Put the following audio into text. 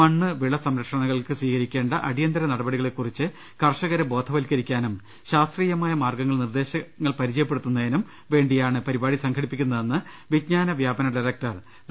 മണ്ണ്ട വിള സംരക്ഷണങ്ങൾക്ക് സ്വീകരിക്കേണ്ട അടിയന്തര നടപടികളെ കുറിച്ച് കർഷകരെ ബോധ വൽക്കരിക്കാനും ശാസ്ത്രീയമായ മാർഗ്ഗ നിർദ്ദേശങ്ങൾ പരിചയ പ്പെടുത്തുന്നതിനും വേണ്ടിയാണ് പരിപാടി സംഘടിപ്പിക്കുന്നതെന്ന് വിജ്ഞാന വ്യാപന ഡയറക്ടർ ഡോ